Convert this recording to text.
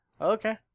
okay